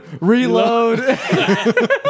reload